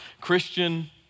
Christian